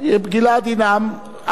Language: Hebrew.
שגלעד לא ינאם הרבה זמן.